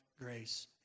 grace